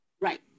Right